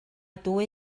dwy